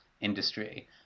industry